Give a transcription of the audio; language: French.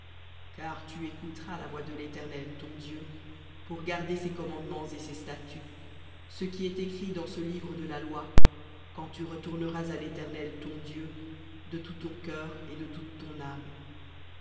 car tu écouteras la voix de l'éternel ton dieu pour garder ses commandements et ses statuts ce qui est écrit dans ce livre de la loi quand tu retourneras à l'éternel ton dieu de tout ton cœur et de toute ton âme